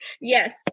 yes